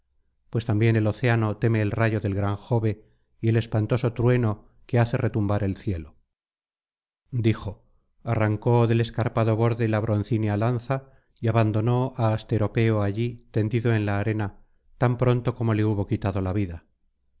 pues también el océano teme el rayo del gran jove y el espantoso truetto que hace retumbar el cielo dijo arrancó del escarpado borde la broncínea lanza y abandonó á asteropeo allí tendido en la arena tan pronto como le hubo quitado la vida